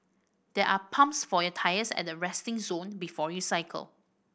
there are pumps for your tyres at the resting zone before you cycle